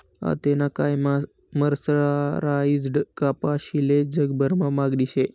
आतेना कायमा मर्सराईज्ड कपाशीले जगभरमा मागणी शे